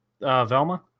Velma